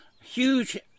Huge